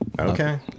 Okay